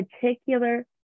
particular